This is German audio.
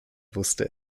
wusste